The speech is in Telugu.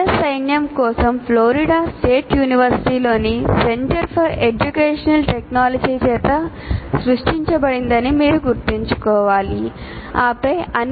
సైన్యం కోసం ఫ్లోరిడా స్టేట్ యూనివర్శిటీలోని సెంటర్ ఫర్ ఎడ్యుకేషనల్ టెక్నాలజీ చేత సృష్టించబడిందని మీరు గుర్తుంచుకోవాలి ఆపై అన్ని U